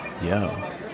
Yo